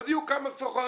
אז יהיו כמה סוחרים,